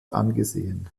angesehen